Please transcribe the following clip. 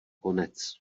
konec